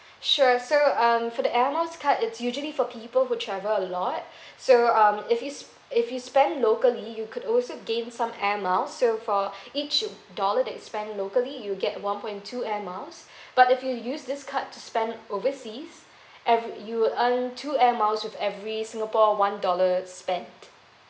sure so um for the air miles card it's usually for people who travel a lot so um if you s~ if you spend locally you could also gain some air miles so for each dollar that you spent locally you get one point two air miles but if you use this card to spend overseas and you earn two air miles with every singapore one dollar spent